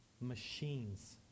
machines